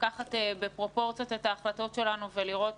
לקחת בפרופורציות את ההחלטות שלנו ולראות